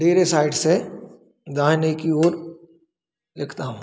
side से दाहिने की ओर लिखता हूँ